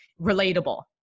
relatable